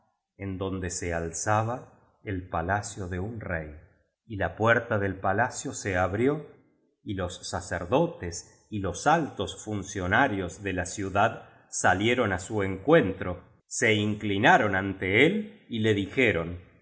en donde se alzaba el palacio de un rey y la puerta del palacio se abrió y los sacerdotes y los altos funcionarios de la ciudad salieron á su encuentro se inclina ron ante él y le dijeron